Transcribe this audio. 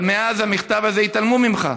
אבל מאז המכתב הזה התעלמו ממך.